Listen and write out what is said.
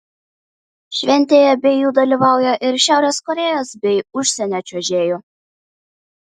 šventėje be jų dalyvauja ir šiaurės korėjos bei užsienio čiuožėjų